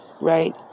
right